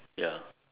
ya